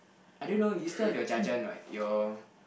I don't know you still have your jajan what your